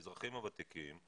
האזרחים הוותיקים,